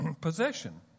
possession